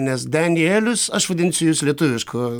nes denielius aš vadinsiu jus lietuvišku